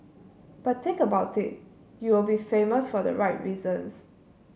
but think about it you will be famous for the right reasons